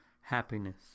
happiness